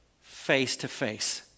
face-to-face